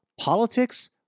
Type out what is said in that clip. Politics